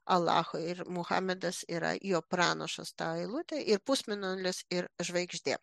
alacho ir muhamedas yra jo pranašas ta eilutė ir pusmėnulis ir žvaigždė